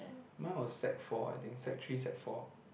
mine was sec four I think sec three sec four